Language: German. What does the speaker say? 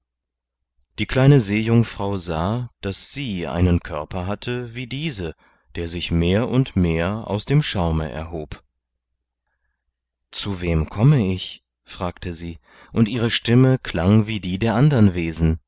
die kleine seejungfrau sah daß sie einen körper hatte wie diese der sich mehr und mehr aus dem schaume erhob zu wem komme ich fragte sie und ihre stimme klang wie die der andern wesen